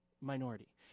minority